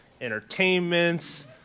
entertainments